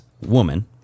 woman